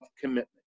commitment